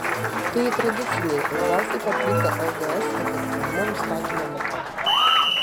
tai tradiciniai labiausiai paplitę lgs efektyvumo nustatymo metodai